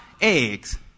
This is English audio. eggs